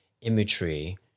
imagery